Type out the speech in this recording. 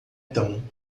tão